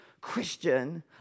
Christian